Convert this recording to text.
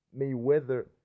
Mayweather